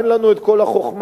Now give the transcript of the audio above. אין לנו כל החוכמה,